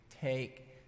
take